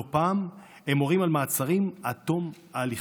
לא פעם הם מורים על מעצרם עד תום ההליכים,